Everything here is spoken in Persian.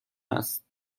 است